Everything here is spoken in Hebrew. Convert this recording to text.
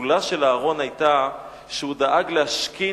שהסגולה של אהרן היתה שהוא דאג להשכין